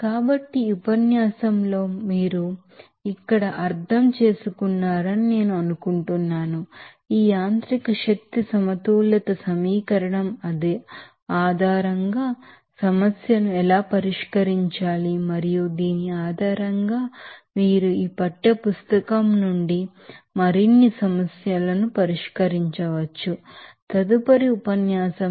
కాబట్టి ఈ ఉపన్యాసంలో మీరు ఇక్కడ అర్థం చేసుకున్నారని నేను అనుకుంటున్నాను ఈ మెకానికల్ ఎనర్జీ బాలన్స్ ఈక్వేషన్ ఆధారంగా సమస్యను ఎలా పరిష్కరించాలి మరియు దీని ఆధారంగా మీరు ఈ పాఠ్యపుస్తకం నుండి మరిన్ని సమస్యలను పరిష్కరించవచ్చు తదుపరి ఉపన్యాసంలో